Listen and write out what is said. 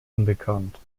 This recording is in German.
unbekannt